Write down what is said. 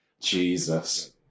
Jesus